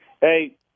Hey